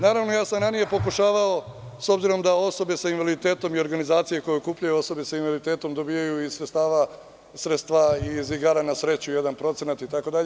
Naravno, ranije sam pokušavao, s obzirom da osobe sa invaliditetom i organizacije koje okupljaju osobe sa invaliditetom dobijaju iz sredstva iz igara na sreću, jedan procenat, itd.